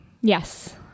Yes